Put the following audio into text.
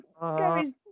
Gary's